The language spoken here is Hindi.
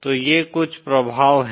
तो ये कुछ प्रभाव हैं